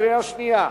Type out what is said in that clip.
קריאה שנייה.